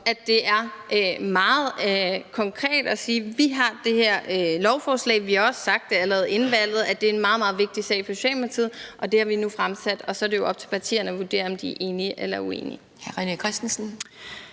at det er meget konkret at sige, at vi har det her lovforslag. Vi har også sagt allerede inden valget, at det er en meget, meget vigtig sag for Socialdemokratiet. Det har vi nu fremsat, og så er det jo op til partierne at vurdere, om de er enige eller uenige.